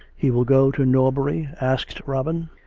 he will go to norbury? asked robin.